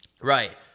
Right